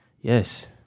Yes